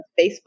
Facebook